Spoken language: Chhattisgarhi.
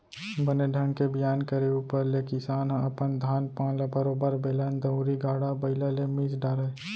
बने ढंग के बियान करे ऊपर ले किसान ह अपन धान पान ल बरोबर बेलन दउंरी, गाड़ा बइला ले मिस डारय